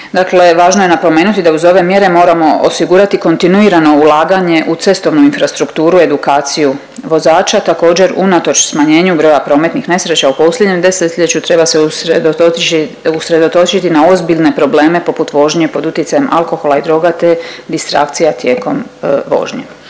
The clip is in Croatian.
Dakle važno je napomenuti da uz ove mjere moramo osigurati kontinuirano ulaganje u cestovnu infrastrukturu i edukaciju vozača. Također, unatoč smanjenju broja prometnih nesreća u posljednjem desetljeću, treba se usredotočiti na ozbiljne probleme poput vožnje pod utjecajem alkohola i droga te distrakcija tijekom vožnje.